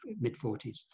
mid-40s